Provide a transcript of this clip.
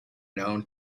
known